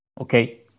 Okay